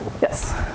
Yes